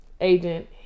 agent